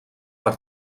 per